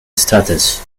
status